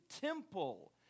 temple